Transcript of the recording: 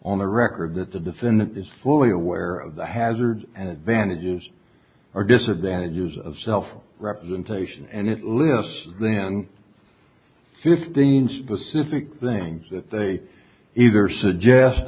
on the record that the defendant is fully aware of the hazards and advantages or disadvantages of self representation and it lists them fifteen specific things that they either suggest